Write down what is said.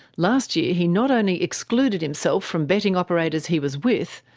last year he not only excluded himself from betting operators he was with,